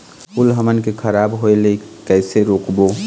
फूल हमन के खराब होए ले कैसे रोकबो?